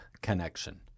connection